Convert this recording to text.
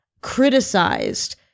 criticized